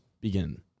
begin